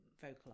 vocal